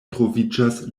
troviĝas